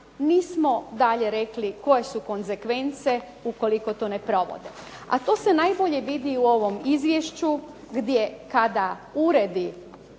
Nismo dalje rekli koje su konsekvence ukoliko to ne provode. A to se najbolje vidi u ovome izvješću gdje kada uredi